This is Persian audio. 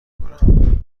میکند